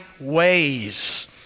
ways